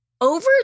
over